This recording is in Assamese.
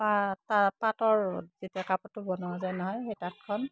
পাটৰ যেতিয়া কাপোৰটো বনোৱা যায় নহয় সেই তাঁতখন